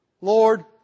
Lord